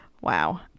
wow